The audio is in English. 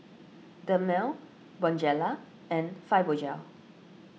Dermale Bonjela and Fibogel